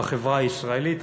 בחברה הישראלית.